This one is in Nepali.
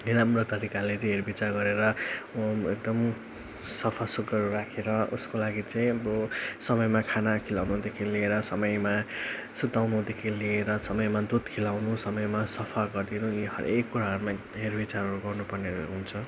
राम्रो तरिकाले चाहिँ हेरविचार गरेर एकदम सफासुग्घर राखेर उसको लागि चाहिँ अब समयमा खाना खुवाउनुदेखि लिएर समयमा सुताउनुदेखि लिएर समयमा दुध खुवाउनु समयमा सफा गरिदिनु यी हरेक कुराहरूमै हेरविचारहरू गर्नुपर्ने हुन्छ